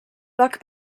buck